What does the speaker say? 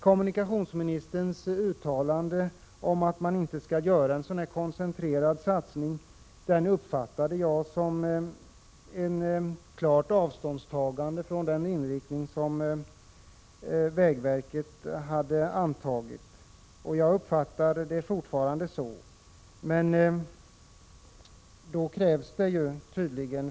Kommunikationsministerns uttalande att man inte skall göra en så koncentrerad satsning uppfattade jag som ett klart avståndstagande från den inriktning som vägverket har angivit, och jag uppfattar det fortfarande så.